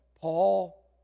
Paul